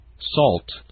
Salt